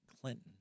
Clinton